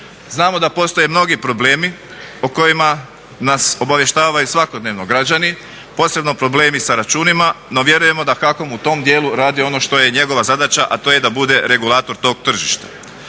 Znamo da postoje mnogi problemi o kojima nas obavještavaju i svakodnevno građani posebno problemi sa računima, no vjerujemo da HAKOM u tom dijelu radu ono što je i njegova zadaća a to je da bude regulator tog tržišta.